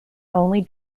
only